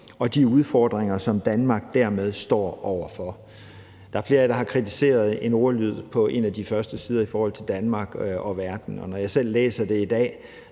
og de udfordringer, som Danmark dermed står over for. Der er flere af jer, der har kritiseret en ordlyd på en af de første sider om Danmark og verden, og når jeg læser det i dag,